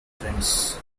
friends